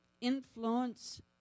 influence